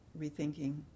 Rethinking